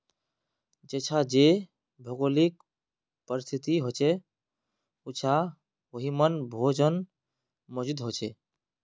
जेछां जे भौगोलिक परिस्तिथि होछे उछां वहिमन भोजन मौजूद होचे